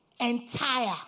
Entire